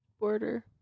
border